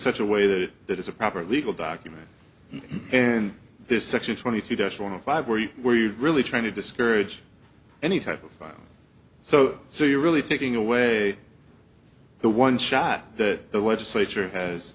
such a way that that is a proper legal document and this section twenty two just one of five where you where you're really trying to discourage any type so so you're really taking away the one shot that the legislature has